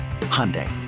hyundai